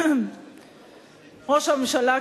ראש הממשלה,